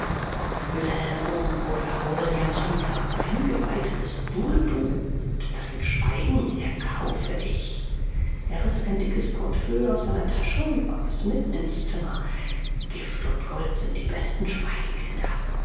ob wilhelm mumm ob william hunter eingeweiht bist nur du und dein schweigen erkaufe ich er riß ein dickes portefeuille aus seiner tasche und warf es mitten ins zimmer gift und gold sind die besten schweigegelder